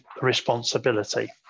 responsibility